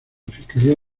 fiscalía